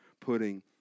putting